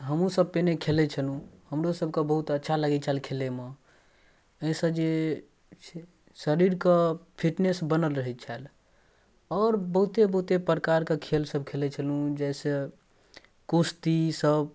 हमहूँसभ पहिले खेलै छलहुँ हमरोसभके बहुत अच्छा लगै छल खेलैमे एहिसँ जे छै शरीरक फिटनेस बनल रहै छल आओर बहुते बहुते प्रकारके खेलसब खेलै छलहुँ जइसे कुश्तीसब